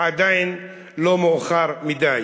עדיין לא מאוחר מדי.